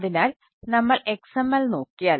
അതിനാൽ നമ്മൾ XML നോക്കിയാൽ